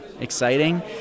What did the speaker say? exciting